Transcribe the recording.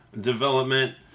development